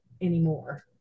anymore